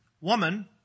Woman